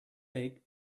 date